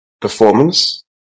performance